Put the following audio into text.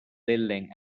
building